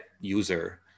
user